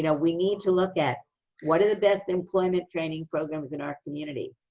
you know we need to look at what are the best employment training programs in our community,